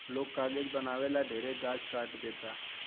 लोग कागज बनावे ला ढेरे गाछ काट देता